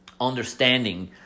Understanding